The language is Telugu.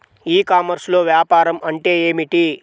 ఈ కామర్స్లో వ్యాపారం అంటే ఏమిటి?